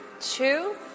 two